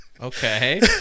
Okay